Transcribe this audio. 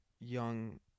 young